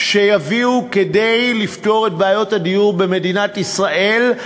שיביאו כדי לפתור את בעיות הדיור במדינת ישראל,